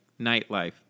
nightlife